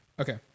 Okay